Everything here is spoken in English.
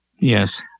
Yes